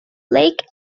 lake